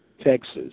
Texas